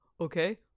Okay